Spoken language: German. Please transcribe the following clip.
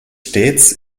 stets